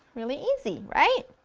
really easy, right?